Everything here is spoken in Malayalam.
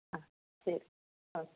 ആ ശരി ഓക്